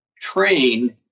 train